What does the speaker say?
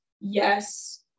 yes